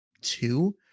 two